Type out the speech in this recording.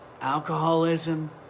Alcoholism